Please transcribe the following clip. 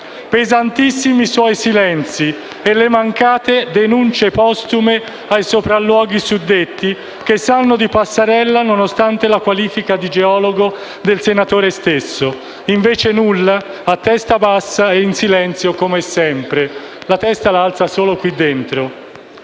«Pesantissimi i suoi silenzi e le mancate denunce postume ai sopralluoghi suddetti, che sanno di passerelle nonostante la qualifica di geologo del senatore stesso, invece nulla, a testa bassa ed in silenzio come sempre». La testa la alza solo qui dentro.